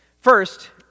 First